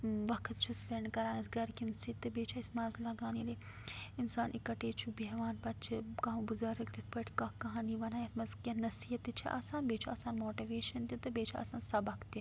وقت چھِ سپیٚنٛڈ کَران اسہِ گھرکیٚن سۭتۍ تہٕ بیٚیہِ چھُ اسہِ مَزٕ لگان ییلہِ اِنسان اِکٹھے چھُ بیٚہوان پَتہٕ چھُ کانٛہہ بُزَرگ تِتھ پٲٹھۍ کانٛہہ کہانی وَنان یَتھ منٛز کیٚنٛہہ نصیٖحت تہِ چھِ آسان بیٚیہِ چھِ آسان ماٹویشَن تہِ تہٕ بیٚیہِ چھُ آسان سبق تہِ